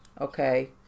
okay